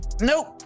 nope